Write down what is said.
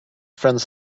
friends